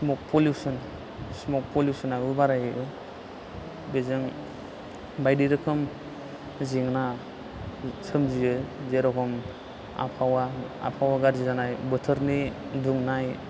स्मक पलिउचन स्मक पलिउचनाबो बारायो बेजों बायदि रोखोम जेंना सोमजियो जेर'खम आबहावा आबहावा गाज्रि जानाय बोथोरनि दुंनाय